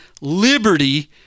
liberty